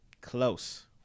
close